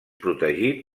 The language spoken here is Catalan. protegit